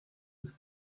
eux